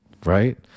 right